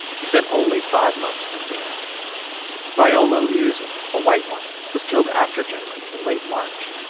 he spent only five months in jail viola liuzzo, a white woman, was killed after jim reeb in late march.